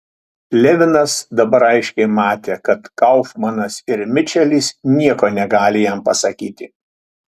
levinas dabar aiškiai matė kad kaufmanas ir mičelis nieko negali jam pasakyti